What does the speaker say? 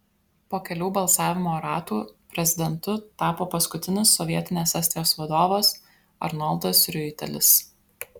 po kelių balsavimo ratų prezidentu tapo paskutinis sovietinės estijos vadovas arnoldas riuitelis